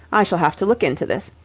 i shall have to look into this.